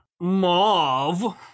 mauve